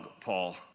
Paul